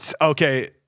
Okay